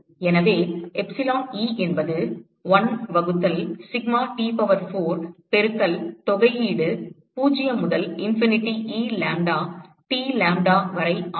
எனவே epsilon E என்பது 1 வகுத்தல் சிக்மா T பவர் 4 பெருக்கல் தொகையீடு 0 முதல் infinity E lambda T d lambda வரை ஆகும்